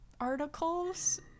articles